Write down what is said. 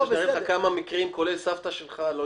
אתה רוצה שאני אראה לך כמה מקרים,